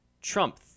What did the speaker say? Trump